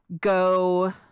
go